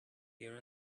here